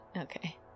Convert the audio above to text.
Okay